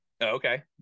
Okay